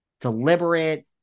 deliberate